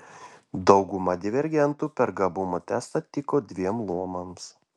dauguma divergentų per gabumų testą tiko dviem luomams